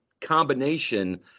combination